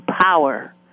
power